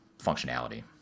functionality